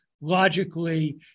logically